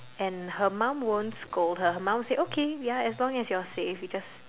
and her mum won't scold her her mum say okay ya as long as you're safe you just